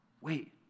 wait